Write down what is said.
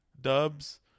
dubs